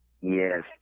yes